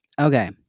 Okay